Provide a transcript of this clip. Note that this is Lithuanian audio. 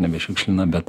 nebešiukšlina bet